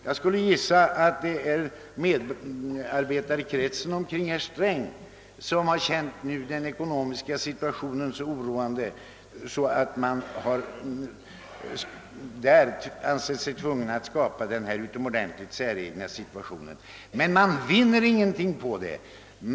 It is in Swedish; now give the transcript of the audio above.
Jag skulle gissa att det är medarbetarkretsen kring herr Sträng som har känt den ekono miska situationen så oroande att man där har ansett sig tvungen att skapa denna utomordentligt säregna situation. Men man vinner ingenting på det.